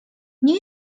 nie